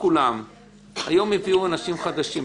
היום הביאו אנשים חדשים.